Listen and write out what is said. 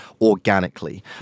organically